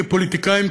כפוליטיקאים,